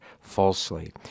falsely